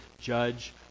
judge